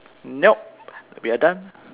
nope we are done